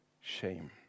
shame